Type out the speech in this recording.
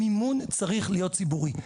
המימון צריך להיות ציבורי,